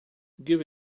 give